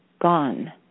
gone